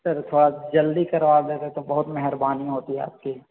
sir थोड़ा जल्दी करवा देना तो बहुत मेहरबानी होती है आपकी